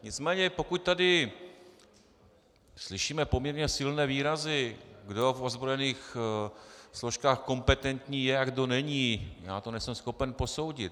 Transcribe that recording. Nicméně pokud tady slyšíme poměrně silné výrazy, kdo v ozbrojených složkách kompetentní je a kdo není, já to nejsem schopen posoudit.